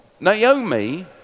Naomi